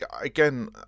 again